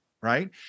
right